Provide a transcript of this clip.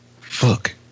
fuck